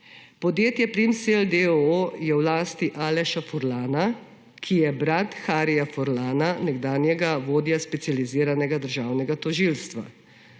Podjetje Primsell d. o. o. je v lasti Aleša Furlana, ki je brat Harija Furlana, nekdanjega vodja specializiranega državnega tožilstva.